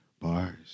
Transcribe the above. bars